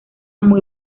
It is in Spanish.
muy